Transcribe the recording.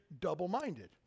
double-minded